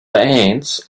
ants